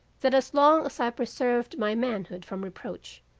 that as long as i preserved my manhood from reproach,